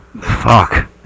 Fuck